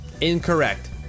Incorrect